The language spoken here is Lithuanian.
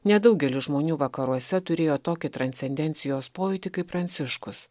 nedaugelis žmonių vakaruose turėjo tokį transcendencijos pojūtį kaip pranciškus